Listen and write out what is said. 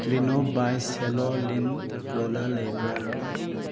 ꯀ꯭ꯂꯤꯅꯣ ꯕꯥꯏꯁ ꯁꯦꯜꯂꯣ ꯂꯤꯟ ꯔꯣꯜꯂꯔ ꯂꯩꯕ꯭ꯔꯥ